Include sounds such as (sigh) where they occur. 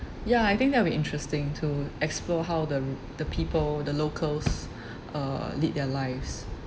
ya I think that will be interesting to explore how the the people the locals (breath) uh lead their lives